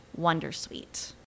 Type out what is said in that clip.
wondersuite